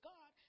God